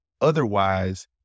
Otherwise